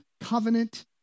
covenant